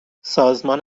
سازمان